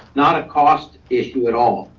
not a cost issue at all.